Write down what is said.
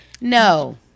No